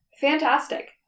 fantastic